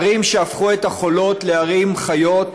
ערים שהפכו את החולות לערים חיות.